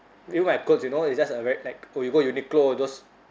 look at my clothes you know it's just a very like oh you go uniqlo those